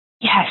Yes